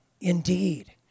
indeed